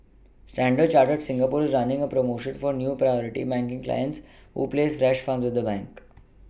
standard Chartered Singapore is running a promotion for new Priority banking clients who places fresh funds with the bank